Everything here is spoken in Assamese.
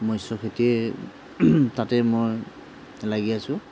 মৎস্য খেতিয়ে তাতে মই লাগি আছোঁ